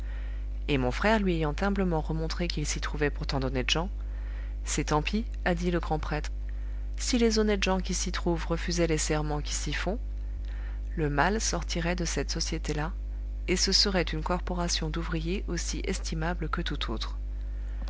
et mon frère lui ayant humblement remontré qu'il s'y trouvait pourtant d'honnêtes gens c'est tant pis a dit le grand prêtre si les honnêtes gens qui s'y trouvent refusaient les serments qui s'y font le mal sortirait de cette société là et ce serait une corporation d'ouvriers aussi estimable que toute autre